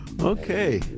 Okay